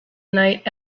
night